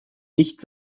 nicht